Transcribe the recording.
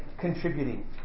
contributing